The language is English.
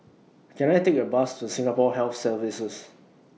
Can I Take A Bus to Singapore Health Services